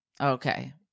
Okay